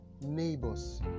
neighbors